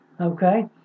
Okay